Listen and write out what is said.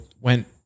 went